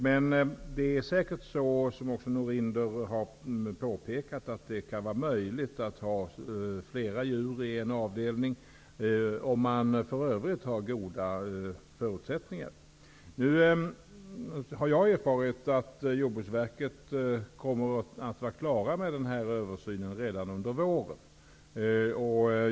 Men det är säkert möjligt, som Norinder har påpekat, att ha flera djur i en avdelning om man har goda förutsättningar för övrigt. Jag har erfarit att Jordbruksverkets översyn kommer att vara klar redan under våren.